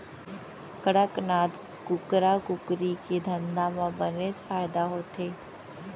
कड़कनाथ कुकरा कुकरी के धंधा म बनेच फायदा होथे